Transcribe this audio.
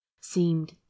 seemed